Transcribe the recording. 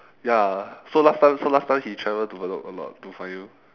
ya so last time so last time he travel to bedok a lot to find you